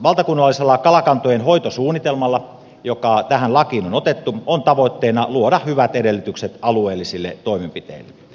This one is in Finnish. valtakunnallisella kalakantojen hoitosuunnitelmalla joka tähän lakiin on otettu on tavoitteena luoda hyvät edellytykset alueellisille toimenpiteille